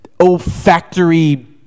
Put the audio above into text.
olfactory